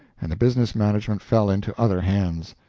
and the business management fell into other hands.